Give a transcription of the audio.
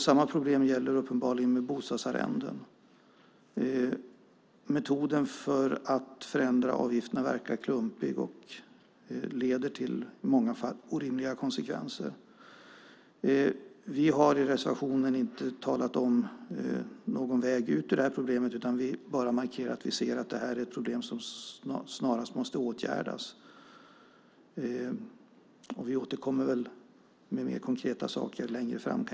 Samma problem gäller uppenbarligen bostadsarrenden. Metoden för att förändra avgifterna verkar klumpig och leder i många fall till orimliga konsekvenser. Vi har i reservationen inte talat om någon väg ut ur problemet, utan vi markerar bara att vi anser att det är ett problem som snarast måste åtgärdas. Vi återkommer med mer konkreta saker längre fram.